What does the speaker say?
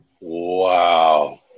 Wow